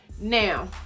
Now